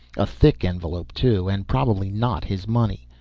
a thick envelope too, and probably not his money.